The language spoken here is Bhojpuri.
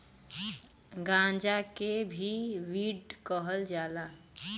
गांजा के भी वीड कहल जाला